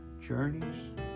journeys